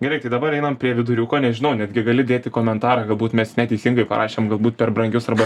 gerai tai dabar einam prie viduriuko nežinau netgi gali dėti komentarą galbūt mes neteisingai parašėm galbūt per brangius arba